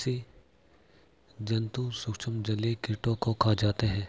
स्सि जन्तु सूक्ष्म जलीय कीटों को खा जाते हैं